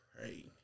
Pray